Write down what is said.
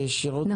מילואים.